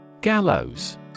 Gallows